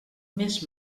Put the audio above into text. més